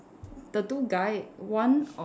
the two guy one on